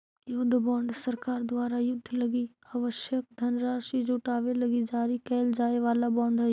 युद्ध बॉन्ड सरकार द्वारा युद्ध लगी आवश्यक धनराशि जुटावे लगी जारी कैल जाए वाला बॉन्ड हइ